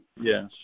Yes